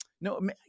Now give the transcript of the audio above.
No